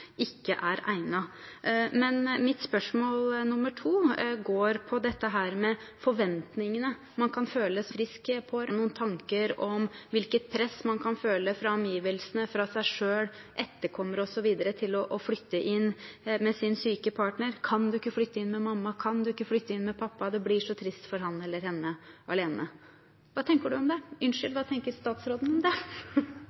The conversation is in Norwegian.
ikke er egnet. Men mitt spørsmål nr. 2 går på dette med forventningene man kan føle som en frisk pårørende. Har statsråden gjort seg noen tanker om hvilket press man kan føle fra omgivelsene, fra seg selv, fra etterkommere osv. til å flytte inn med sin syke partner – kan du ikke flytte inn med mamma, kan du ikke flytte inn med pappa, det blir så trist for ham eller henne alene? Hva tenker statsråden om det?